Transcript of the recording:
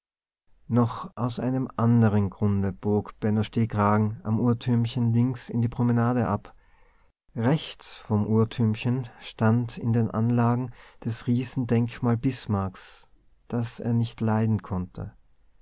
noch aus einem anderen grunde bog benno stehkragen am uhrtürmchen links in die promenade ab rechts vom